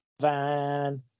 Van